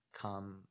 come